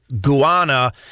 Guana